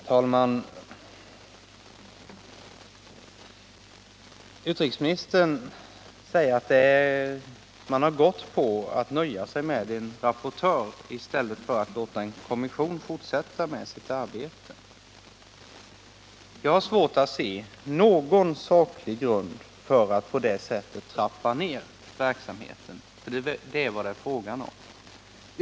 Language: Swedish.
Herr talman! Utrikesministern säger att man har följt linjen att nöja sig med en rapportör i stället för att låta en kommission fortsätta med sitt arbete. Jag har svårt att se någon saklig grund för att på det sättet trappa ned verksamheten — för det är vad det är fråga om.